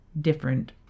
different